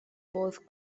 both